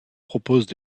proposent